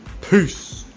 peace